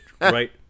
right